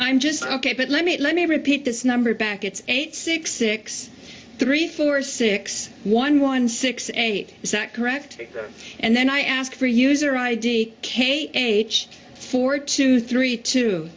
i'm just ok but let me let me repeat this number back it's eight six six three four six one one six eight is that correct and then i ask for user id k h four two three two